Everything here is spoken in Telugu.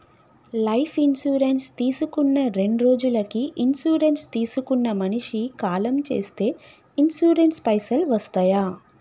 లైఫ్ ఇన్సూరెన్స్ తీసుకున్న రెండ్రోజులకి ఇన్సూరెన్స్ తీసుకున్న మనిషి కాలం చేస్తే ఇన్సూరెన్స్ పైసల్ వస్తయా?